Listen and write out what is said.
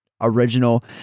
original